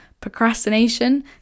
procrastination